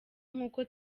nkuko